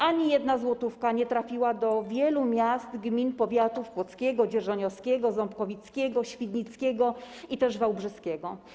Ani jedna złotówka nie trafiła do wielu miast, gmin, powiatów: kłodzkiego, dzierżoniowskiego, ząbkowickiego, świdnickiego czy też wałbrzyskiego.